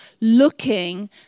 looking